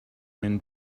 mint